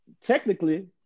technically